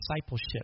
discipleship